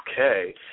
Okay